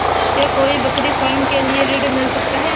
क्या कोई बकरी फार्म के लिए ऋण मिल सकता है?